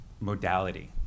modality